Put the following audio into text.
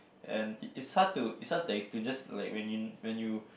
and it's hard to it's hard to explain just like when you when you